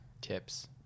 tips